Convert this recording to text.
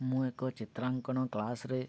ମୁଁ ଏକ ଚିତ୍ରାଙ୍କନ କ୍ଲାସ୍ରେ